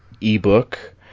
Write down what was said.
ebook